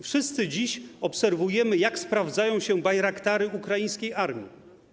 Wszyscy dziś obserwujemy, jak sprawdzają się bayraktary ukraińskiej armii.